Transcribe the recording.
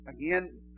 again